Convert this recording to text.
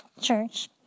Church